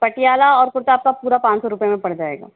पटियाला और कुर्ता आपका पूरा पाँच सौ रुपए में पड़ जाएगा